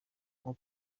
nko